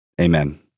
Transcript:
Amen